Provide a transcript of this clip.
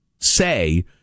say